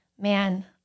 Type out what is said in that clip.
man